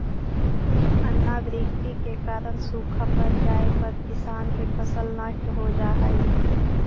अनावृष्टि के कारण सूखा पड़ जाए पर किसान के फसल नष्ट हो जा हइ